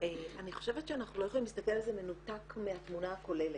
-- אני חושבת שאנחנו לא יכולים להסתכל על זה מנותק מהתמונה הכוללת.